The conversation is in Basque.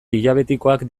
diabetikoak